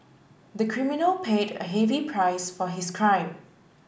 the criminal paid a heavy price for his crime